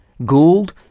Gold